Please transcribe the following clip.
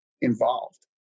involved